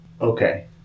okay